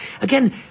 Again